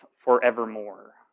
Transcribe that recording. forevermore